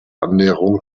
annäherung